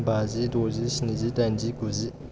बाजि दजि स्निजि दाइनजि गुजि